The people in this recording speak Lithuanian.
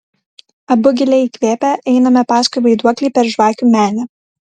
abu giliai įkvėpę einame paskui vaiduoklį per žvakių menę